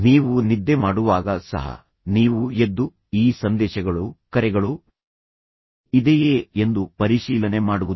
ನೀವು ನಿದ್ದೆ ಮಾಡುವಾಗ ಸಹ ನೀವು ಎದ್ದು ಈ ಸಂದೇಶಗಳು ಕರೆಗಳು ಇದೆಯೇ ಎಂದು ಪರಿಶೀಲನೆ ಮಾಡುವುದು